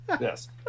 Yes